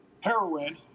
heroin